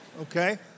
Okay